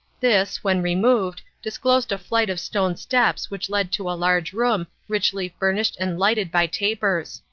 this, when removed, disclosed a flight of stone steps which led to a large room richly furnished and lighted by tapers.